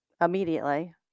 immediately